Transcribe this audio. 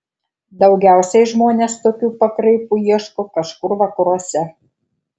daugiausiai žmonės tokių pakraipų ieško kažkur vakaruose